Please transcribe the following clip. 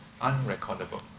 Unrecordable